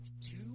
two